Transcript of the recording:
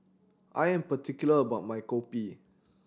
I am particular about my Kopi